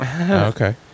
Okay